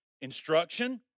instruction